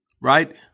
Right